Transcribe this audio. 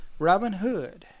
Robinhood